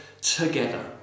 together